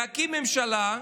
להקים ממשלה,